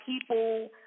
people